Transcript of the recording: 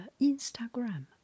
Instagram